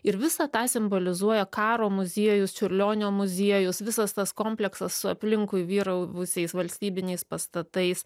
ir visą tą simbolizuoja karo muziejus čiurlionio muziejus visas tas komplektas aplinkui vyravusiais valstybiniais pastatais